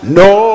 no